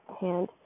hand